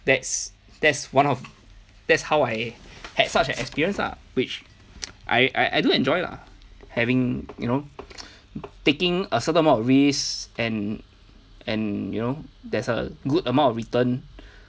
that's that's one of that's how I had such an experience lah which I I do enjoy lah having you know taking a certain amount of risk and and you know there's a good amount of return